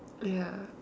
ya